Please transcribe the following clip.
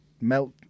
melt